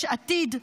יש עתיד,